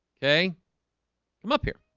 okay come up here